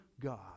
God